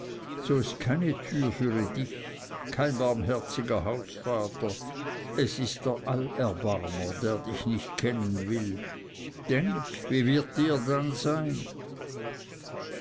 so ist keine türe für dich kein barmherziger hausvater es ist der allerbarmer der dich nicht kennen will denk wie wird dir dann sein